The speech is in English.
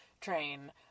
train